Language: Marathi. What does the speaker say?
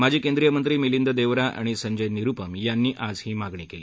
माजी केंद्रीय मंत्री मिलींद देवरा आणि संजय निरुपम यांनी आज ही मागणी केली